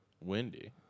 Windy